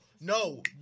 no